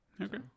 Okay